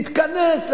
להתכנס,